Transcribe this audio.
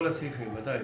כל הסעיפים אושרו.